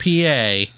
PA